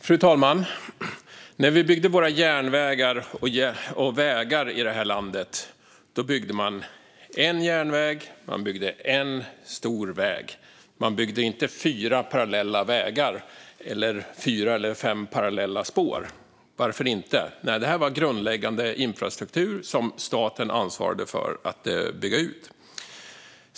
Fru talman! När våra järnvägar och vägar byggdes i detta land byggde man en järnväg och en stor väg. Man byggde inte fyra parallella vägar eller fyra eller fem parallella spår. Varför inte? Jo, därför att detta var grundläggande infrastruktur som staten ansvarade för att bygga ut.